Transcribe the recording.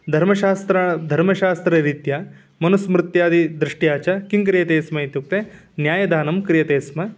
धर्मशास्त्रं धर्मशास्त्ररीत्या मनुस्मृत्यादि दृष्ट्या च किं क्रियते स्म इत्युक्ते न्यायदानं क्रियते स्म